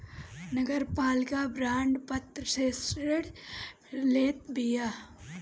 नगरपालिका बांड पत्र से ऋण लेत बिया